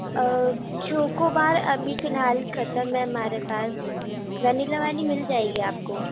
choco bar ابھی فی الحال ختم ہے میرے پاس ونیلا والی مل جائے گی آپ کو